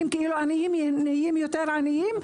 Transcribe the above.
ואנשים עניים נהיים יותר עניים,